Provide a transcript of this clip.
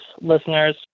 listeners